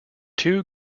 two